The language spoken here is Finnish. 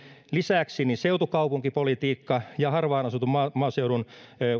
lisäksi seutukaupunkipolitiikka ja harvaan asutun maaseudun